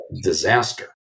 disaster